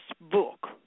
book